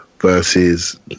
versus